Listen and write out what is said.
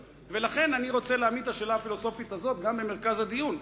ולכן אני רוצה להעמיד את השאלה הפילוסופית היום גם במרכז הדיון.